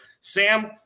Sam